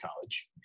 college